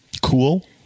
cool